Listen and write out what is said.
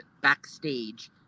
backstage